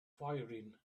firing